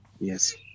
Yes